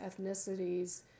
ethnicities